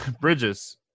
Bridges